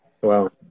Wow